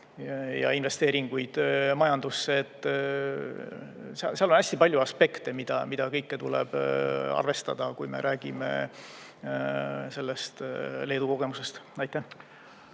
ja investeeringuid majandusse. Seal on hästi palju aspekte, mida kõike tuleb arvestada, kui me räägime sellest Leedu kogemusest. Jaa,